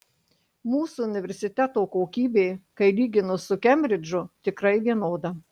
mūsų universiteto kokybė kai lyginu su kembridžu tikrai vienoda